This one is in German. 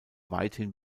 weithin